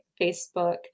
facebook